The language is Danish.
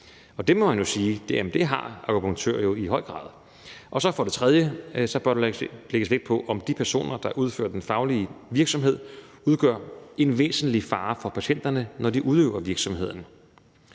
det må man jo sige at akupunktører i høj grad har. For det tredje bør der lægges vægt på, om de personer, der udfører den faglige virksomhed, udgør en væsentlig fare for patienterne, når de udøver virksomheden,